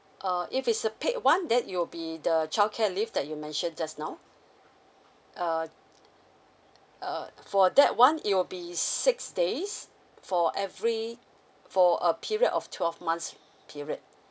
uh if it's a paid [one] then it'll be the childcare leave that you mentioned just now uh uh for that one it will be six days for every for a period of twelve months period